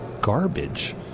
garbage